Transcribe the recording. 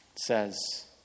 Says